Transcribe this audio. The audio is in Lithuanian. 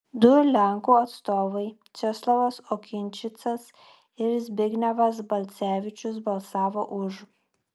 du lenkų atstovai česlovas okinčicas ir zbignevas balcevičius balsavo už